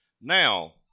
Now